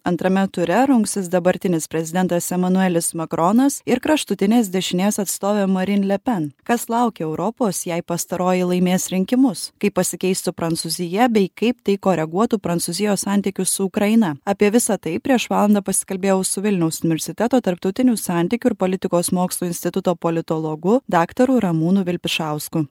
antrame ture rungsis dabartinis prezidentas emanuelis makronas ir kraštutinės dešinės atstovė marin le pen kas laukia europos jei pastaroji laimės rinkimus kaip pasikeistų prancūzija bei kaip tai koreguotų prancūzijos santykius su ukraina apie visa tai prieš valandą pasikalbėjau su vilniaus universiteto tarptautinių santykių ir politikos mokslų instituto politologu daktaru ramūnu vilpišausku